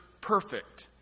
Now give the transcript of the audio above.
perfect